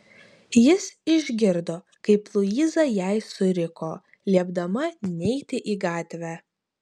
jis išgirdo kaip luiza jai suriko liepdama neiti į gatvę